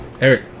Eric